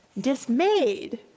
Dismayed